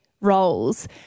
roles